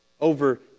over